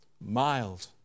Mild